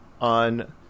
on